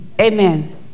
Amen